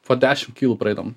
po dešim kilų praidom